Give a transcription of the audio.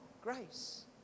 grace